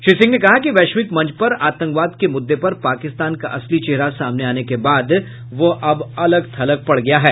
श्री सिंह ने कहा कि वैश्विक मंच पर आतंकवाद के मुद्दे पर पाकिस्तान का असली चेहरा सामने आने के बाद वह अब अलग थलग पड़ गया है